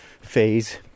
phase